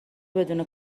بدون